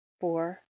four